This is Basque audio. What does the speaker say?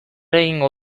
egingo